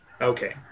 Okay